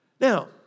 Now